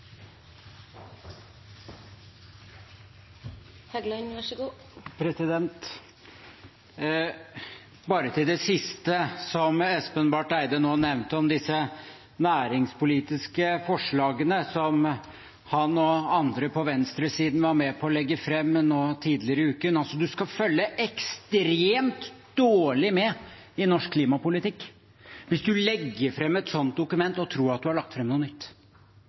Til det siste som Espen Barth Eide nevnte om disse næringspolitiske forslagene som han og andre på venstresiden var med på å legge fram tidligere i uken: Man skal følge ekstremt dårlig med i norsk klimapolitikk hvis man legger fram et slikt dokument og tror man har lagt fram noe nytt.